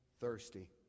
thirsty